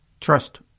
Trust